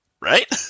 Right